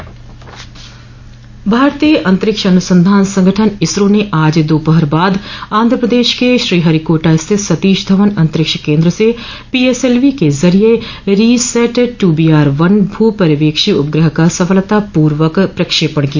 भारतीय अंतरिक्ष अनुसंधान संगठन इसरो ने आज दोपहर बाद आंध प्रदेश के श्रीहरिकोटा स्थित सतीश धवन अंतरिक्ष केन्द्र से पीएसएलवी के जरिए रिसेट टूबीआर वन भू पर्यवेक्षी उपग्रह का सफलतापूर्वक प्रक्षेपण किया